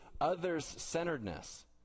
others-centeredness